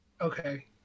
Okay